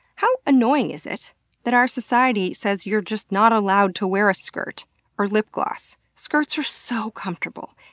how annoying is it that our society says you're just not allowed to wear a skirt or lip gloss? skirts are so comfortable,